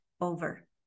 over